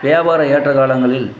வியாபார ஏற்ற காலங்களில்